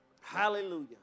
Hallelujah